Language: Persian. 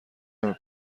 نمی